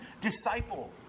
disciple